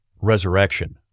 Resurrection